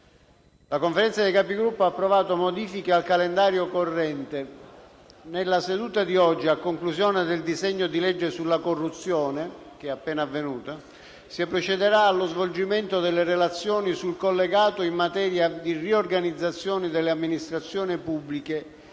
La Conferenza dei Capigruppo ha approvato modifiche al calendario corrente. Nella seduta di oggi, a conclusione del disegno di legge sulla corruzione, si procederà allo svolgimento delle relazioni sul collegato in materia di riorganizzazione delle amministrazioni pubbliche